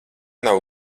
nav